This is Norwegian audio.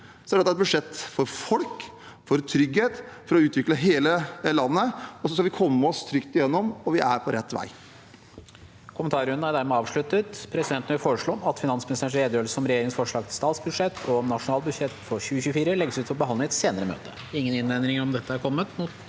er dette et budsjett for folk, for trygghet, for å utvikle hele landet. Vi skal komme oss trygt igjennom, og vi er på rett vei.